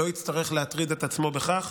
לא יצטרך להטריד את עצמו בכך.